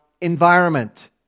environment